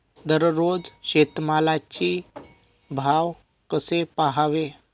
दररोज शेतमालाचे भाव कसे पहावे?